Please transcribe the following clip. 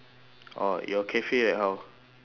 orh your cafe like how